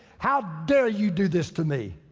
how dare you do this to me?